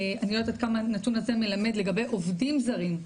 אני לא יודעת כמה הנתון הזה מלמד לגבי עובדים זרים,